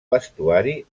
vestuari